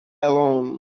alone